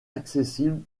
accessible